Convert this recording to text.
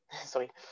sorry